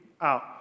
out